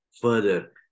further